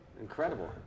Incredible